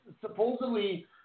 supposedly